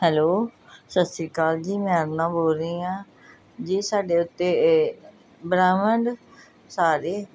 hello ਸਤਿ ਸ਼੍ਰੀ ਅਕਾਲ ਜੀ ਮੈਂ ਅਰੁਣਾ ਬੋਲ ਰਹੀ ਹਾਂ ਜੀ ਸਾਡੇ ਉੱਤੇ ਇਹ ਬ੍ਰਾਹਿਮੰਡ ਸਾਰੇ